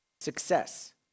success